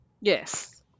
Yes